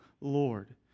Lord